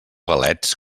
galets